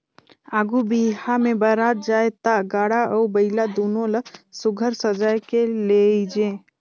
आघु बिहा मे बरात जाए ता गाड़ा अउ बइला दुनो ल सुग्घर सजाए के लेइजे